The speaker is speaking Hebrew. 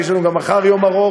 כי יש לנו גם מחר יום ארוך,